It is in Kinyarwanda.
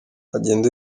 agenda